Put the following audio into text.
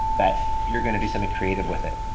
that you're going to do something creative with it.